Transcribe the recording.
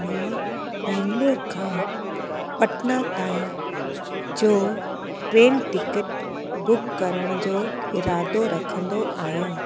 मां बंगलूरु खां पटना ताईं जो ट्रेन टिकट बुक करण जो इरादो रखंदो आहियां